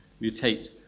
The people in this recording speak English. mutate